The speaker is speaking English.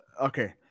Okay